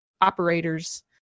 operators